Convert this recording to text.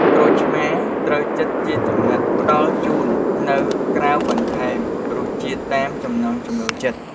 ក្រូចឆ្មារត្រូវចិតជាចំណិត ផ្តល់ជូននៅក្រៅបន្ថែមរសជាតិតាមចំណង់ចំណូលចិត្ត។